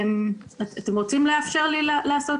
אנחנו עוקבות